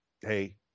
hey